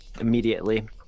immediately